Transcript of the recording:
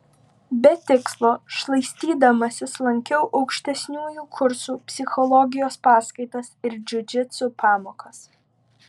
be tikslo šlaistydamasis lankiau aukštesniųjų kursų psichologijos paskaitas ir džiudžitsu pamokas